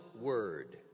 word